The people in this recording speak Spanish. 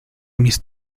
mis